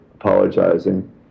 apologizing